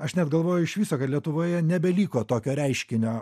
aš net galvoju iš viso kad lietuvoje nebeliko tokio reiškinio